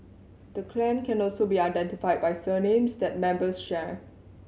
the clan can also be identified by surnames that members share